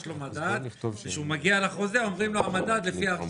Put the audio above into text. יש לו מדד וכשהוא מגיע לחוזה אומרים לו שהמדד לפי ההרשמה.